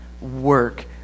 work